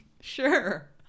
Sure